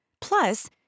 Plus